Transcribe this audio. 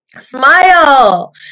Smile